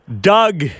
Doug